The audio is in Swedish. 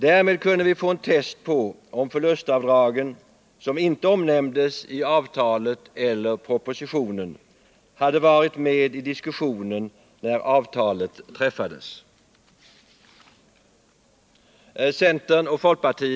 Därmed kunde vi få en test på om förlustavdragen, som inte omnämndes i avtalet eller propositionen, hade varit med i diskussionen när avtalet träffades.